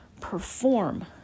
perform